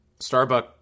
starbucks